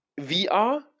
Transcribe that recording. VR